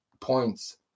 points